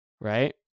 Right